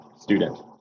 student